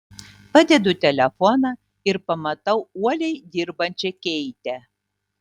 padedu telefoną ir pamatau uoliai dirbančią keitę